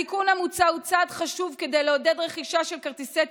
התיקון המוצע הוא צעד חשוב כדי לעודד רכישה של כרטיסי טיסה,